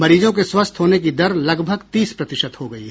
मरीजों के स्वस्थ होने की दर लगभग तीस प्रतिशत हो गई है